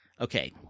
Okay